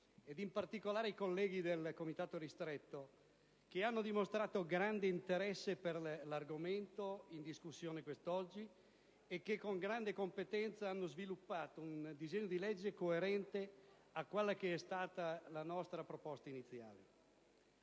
in particolare i colleghi del Comitato ristretto, che hanno dimostrato grande interesse per l'argomento in discussione quest'oggi e che con grande competenza hanno sviluppato un disegno di legge coerente rispetto a quella che è stata la nostra proposta iniziale.